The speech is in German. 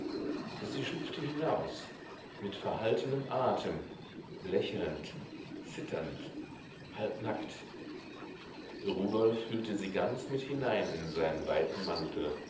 sie schlüpfte hinaus mit verhaltenem atem lächelnd zitternd halbnackt rudolf hüllte sie ganz mit hinein in seinen weiten mantel